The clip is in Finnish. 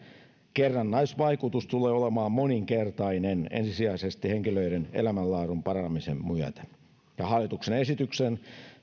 kerrannaisvaikutus tulee olemaan moninkertainen ensisijaisesti henkilöiden elämänlaadun paranemisen myötä hallituksen esityksen